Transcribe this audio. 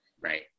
right